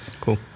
cool